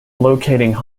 locating